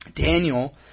Daniel